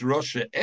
Russia